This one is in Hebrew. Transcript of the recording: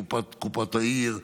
קופת העיר ואחרים,